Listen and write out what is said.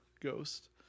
ghost